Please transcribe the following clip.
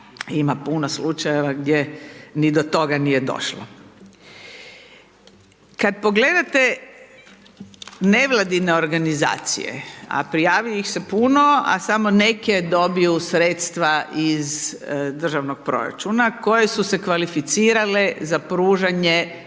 ima puno slučajeva gdje n i do toga nije došlo. Kada pogledate, nevladine organizacije, a prijavljuju ih se puno, a samo neke dobiju sredstva iz državnog proračuna, koje su se kvalificirale za pružanje